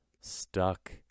stuck